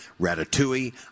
Ratatouille